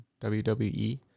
WWE